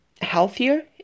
healthier